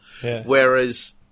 whereas